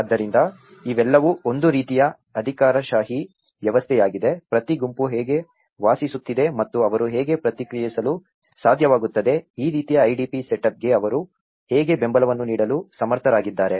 ಆದ್ದರಿಂದ ಇವೆಲ್ಲವೂ ಒಂದು ರೀತಿಯ ಅಧಿಕಾರಶಾಹಿ ವ್ಯವಸ್ಥೆಯಾಗಿದೆ ಪ್ರತಿ ಗುಂಪು ಹೇಗೆ ವಾಸಿಸುತ್ತಿದೆ ಮತ್ತು ಅವರು ಹೇಗೆ ಪ್ರತಿಕ್ರಿಯಿಸಲು ಸಾಧ್ಯವಾಗುತ್ತದೆ ಈ ರೀತಿಯ IDP ಸೆಟಪ್ಗೆ ಅವರು ಹೇಗೆ ಬೆಂಬಲವನ್ನು ನೀಡಲು ಸಮರ್ಥರಾಗಿದ್ದಾರೆ